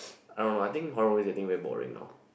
I don't know I think horror movies is getting very boring now